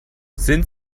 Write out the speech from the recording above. sind